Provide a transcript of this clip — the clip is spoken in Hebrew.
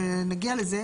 ונגיע לזה,